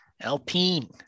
Alpine